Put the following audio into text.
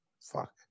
fuck